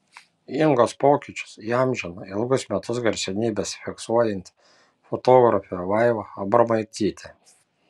ingos pokyčius įamžino ilgus metus garsenybes fiksuojanti fotografė vaiva abromaitytė